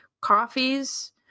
coffees